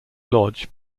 lodge